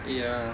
ya